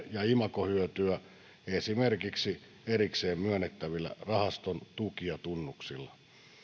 ja imagohyötyä esimerkiksi erikseen myönnettävillä rahaston tukijatunnuksilla